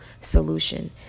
solution